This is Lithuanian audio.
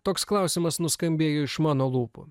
toks klausimas nuskambėjo iš mano lūpų